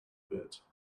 bit